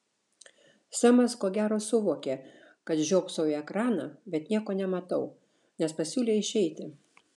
semas ko gero suvokė kad žiopsau į ekraną bet nieko nematau nes pasiūlė išeiti